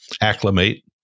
acclimate